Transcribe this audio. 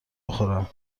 بخورم